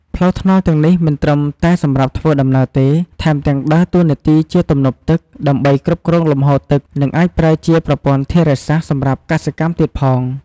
ផ្លូវថ្នល់ទាំងនេះមិនត្រឹមតែសម្រាប់ធ្វើដំណើរទេ ថែមទាំងដើរតួនាទីជា ទំនប់ទឹក ដើម្បីគ្រប់គ្រងលំហូរទឹក និងអាចប្រើជា ប្រព័ន្ធធារាសាស្រ្ត សម្រាប់កសិកម្មទៀតផង។